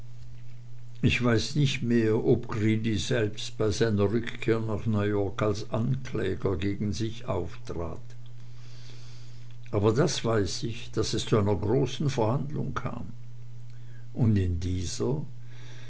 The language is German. ich weiß nicht mehr ob greeley selbst bei seiner rückkehr nach new york als ankläger gegen sich auftrat aber das weiß ich daß es zu einer großen verhandlung kam und in dieser